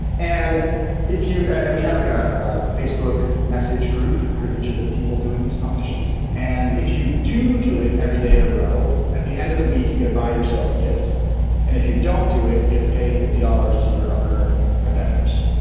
and and we had like ah a facebook message group for each of the people doing these competitions and if you do do it every day in a row, at the end of the week you get to buy yourself a gift and if you don't do it, you have to pay fifty dollars to your other competitors.